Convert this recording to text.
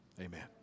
amen